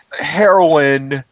heroin